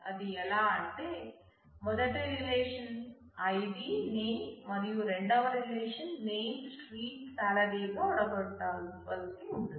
అది ఎలా అంటే మొదటి రిలేషన్ ఐడి నేమ్ మరియు రెండవ relation name city street salary గా విడగొట్టవలసి ఉంటుంది